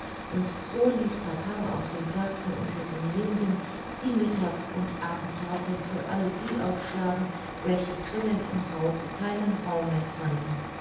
und so ließ papa auf dem platze unter den linden die mittags und abendtafeln für alle die aufschlagen welche drinnen im hause keinen raum mehr fanden